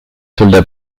soldats